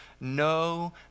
no